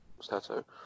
Stato